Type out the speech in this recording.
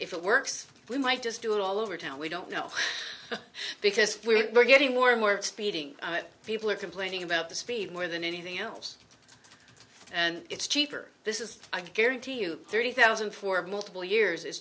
if it works we might just do it all over town we don't know because we're getting more and more speeding people are complaining about the speed more than anything else and it's cheaper this is i can guarantee you thirty thousand for multiple years i